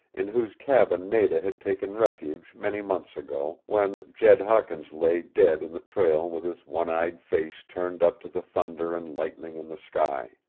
in whose cabin nada had taken refuge many months ago, when jed hawkins lay dead in the trail with his one-eyed face turned up to the thunder and lightning in the sky.